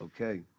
Okay